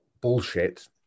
bullshit